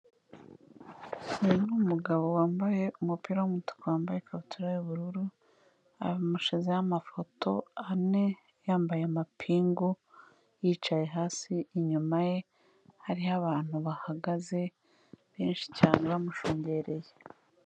Uyu ni umugabo wambaye umupira w'umutuku, wambaye ikabutura y'ubururu, bamushyizeho amafoto ane yambaye amapingu, yicaye hasi, inyuma ye hariho abantu bahagaze, benshi cyane bamushungereye.